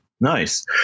Nice